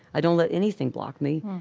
i don't let anything block me,